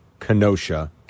Kenosha